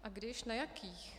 A když, na jakých?